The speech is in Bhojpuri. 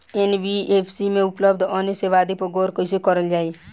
एन.बी.एफ.सी में उपलब्ध अन्य सेवा आदि पर गौर कइसे करल जाइ?